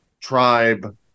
tribe